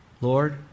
Lord